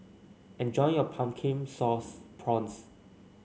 enjoy your Pumpkin Sauce Prawns